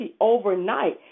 overnight